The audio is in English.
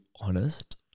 honest